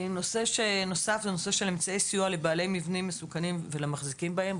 נושא נוסף הוא נושא של אמצעי סיוע לבעלי מבנים מסוכנים ולמחזיקים בהם.